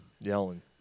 yelling